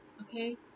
Okay